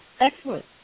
Excellent